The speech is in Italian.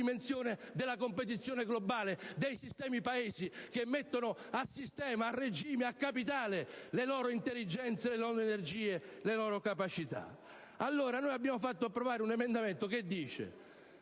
dimensione della competizione globale dei sistemi Paese, che mettono a sistema, a regime, a capitale le loro intelligenze, le loro energie, le loro capacità. Noi abbiamo fatto approvare un emendamento che